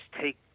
take